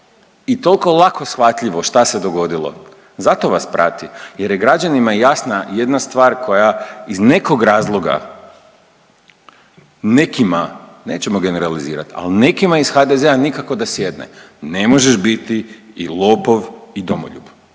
i tako lako shvatljivo šta se dogodilo zato vas prati jer je građanima jasna jedna stvar koja iz nekog razloga nekima, nećemo generalizirati, ali nekima iz HDZ-a nikako da sjedne. Ne možeš biti i lopov i domoljub,